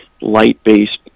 light-based